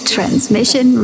Transmission